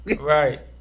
Right